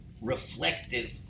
reflective